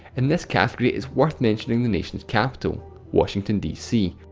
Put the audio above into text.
in this category, it's worth mentioning the nation's capital washington dc.